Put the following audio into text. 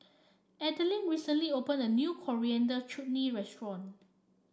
Adilene recently opened a new Coriander Chutney Restaurant